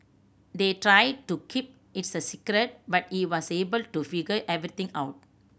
they tried to keep a secret but he was able to figure everything out